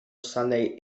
sunday